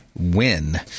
win